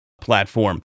platform